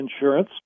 insurance